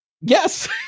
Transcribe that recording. Yes